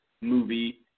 movie